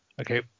okay